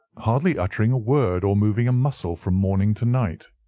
hardly uttering a word or moving a muscle from morning to night.